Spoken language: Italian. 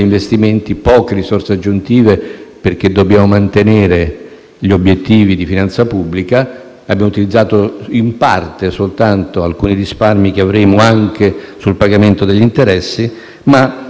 a sostenere gli investimenti in un momento in cui sono difficili, per via della congiuntura internazionale: quando non ci sono ordinativi, è difficile che le imprese facciano investimenti.